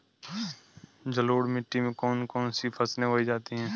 जलोढ़ मिट्टी में कौन कौन सी फसलें उगाई जाती हैं?